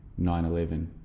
911